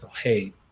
hey